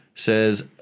Says